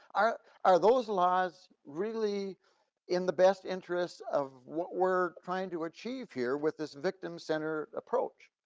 are are those laws really in the best interest of what we're trying to achieve here with this victim centered approach?